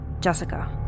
Jessica